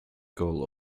goal